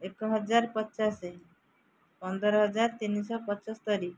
ଏକ ହଜାର ପଚାଶ ପନ୍ଦର ହଜାର ତିନିଶହ ପଞ୍ଚସ୍ତରୀ